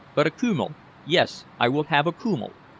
but a kummel yes, i will have a kummel!